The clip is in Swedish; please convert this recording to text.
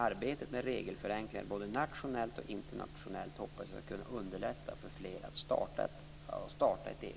Arbetet med regelförenkling, både nationellt och internationellt, hoppas jag skall underlätta för fler att starta ett eget företag.